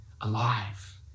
alive